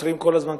חותרים כל הזמן,